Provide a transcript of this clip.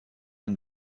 این